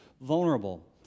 vulnerable